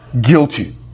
guilty